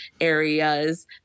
areas